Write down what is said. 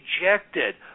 rejected